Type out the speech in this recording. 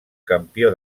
campió